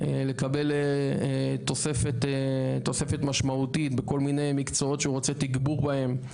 לקבל תוספת משמעותית בכל מיני מקצועות שהוא רוצה תגבור בהם,